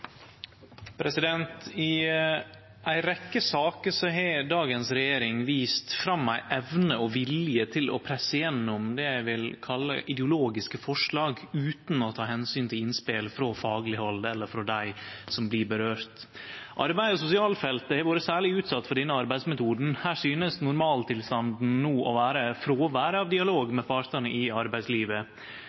I ei rekkje saker har dagens regjering vist fram ei evne og ei vilje til å presse gjennom det eg vil kalle ideologiske forslag, utan å ta omsyn til innspel frå fagleg hald eller dei som blir råka. Arbeids- og sosialfeltet har vore særleg utsett for denne arbeidsmetoden. Her synest normaltilstanden no å vere fråvær av dialog med partane i arbeidslivet.